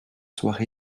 soient